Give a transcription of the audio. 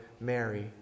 Mary